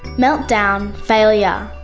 meltdown! failure.